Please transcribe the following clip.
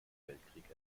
weltkrieg